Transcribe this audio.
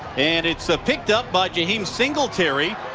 and it's ah picked up by jai home singletary.